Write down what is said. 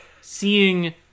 seeing